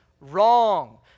wrong